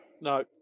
No